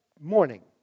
morning